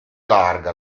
larga